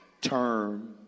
term